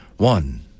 One